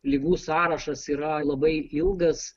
ligų sąrašas yra labai ilgas